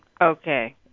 Okay